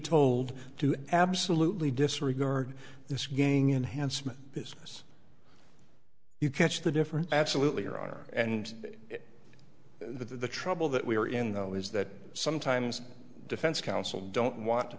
told to absolutely disregard this gang enhancement business you catch the difference absolutely or are and the trouble that we are in though is that sometimes defense counsel don't want